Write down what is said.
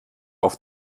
auf